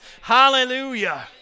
hallelujah